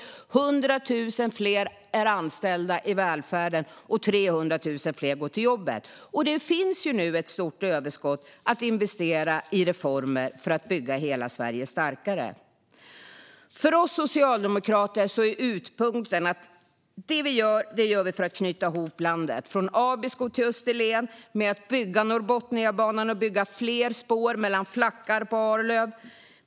Det är 100 000 fler som är anställda i välfärden och 300 000 fler som går till jobbet. Det finns nu ett stort överskott att investera i reformer för att bygga hela Sverige starkare. För oss socialdemokrater är utgångspunkten att det vi gör ska vi göra för att knyta ihop landet från Abisko till Österlen genom att bygga Norrbotniabanan och bygga fler spår mellan flackar på Arlöv.